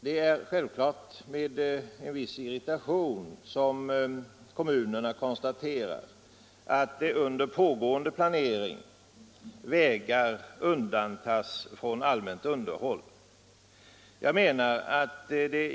Det är givetvis med en viss irritation som kommunerna konstaterar att under pågående planering vägar undantas från allmänt underhåll.